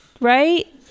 right